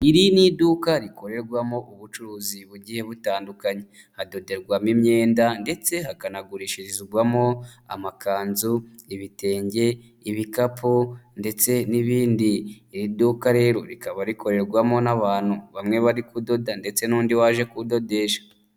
Iri ni iduka rikorerwamo ubucuruzi bugiye butandukanye hadoderwamo imyenda ndetse hakanagurishirizwamo amakanzu, ibitenge, ibikapu ndetse n'ibindi, iri duka rero rikaba rikorerwamo n'abantu bamwe bari kudoda ndetse n'undi waje kudodesha.